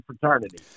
fraternity